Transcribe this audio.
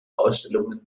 ausstellungen